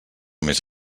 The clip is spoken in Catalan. més